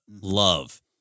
love